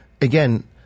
again